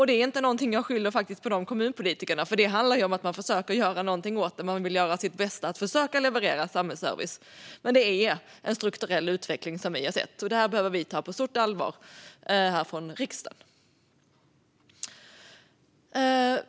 Det är inte något som jag skyller på de aktuella kommunpolitikerna, för de vill ju göra sitt bästa och försöka leverera samhällsservice, men det är en strukturell utveckling som vi i riksdagen behöver ta på stort allvar.